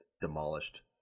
demolished